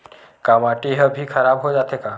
का माटी ह भी खराब हो जाथे का?